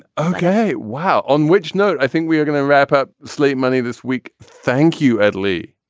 okay? wow. on which note. i think we are going to wrap up slate money this week. thank you, ed lee,